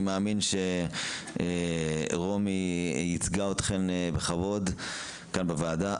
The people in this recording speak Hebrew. אני מאמין שרומי ייצגה אתכן בכבוד כאן בוועדה.